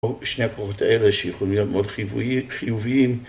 או שני הכוחות האלה שיכולים להיות מאוד חיוביים.